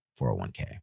401k